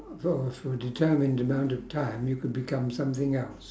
uh for a for a determined amount of time you could become something else